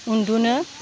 उनदुनो